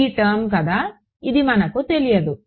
ఈ టర్మ్ కదా ఇది మనకు తెలియదు